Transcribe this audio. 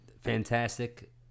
Fantastic